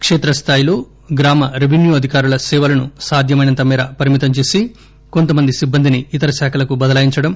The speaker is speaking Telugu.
కేత్రస్థాయిలో గ్రామ రెవెన్యూ అధికారుల సేవలను సాధ్యమైనంత మేర పరిమితం చేసి కొంతమంది సిబ్బందిని ఇతర శాఖలకు బదలాయించడం